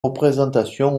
représentations